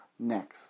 next